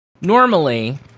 normally